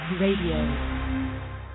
Radio